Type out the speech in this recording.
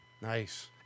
Nice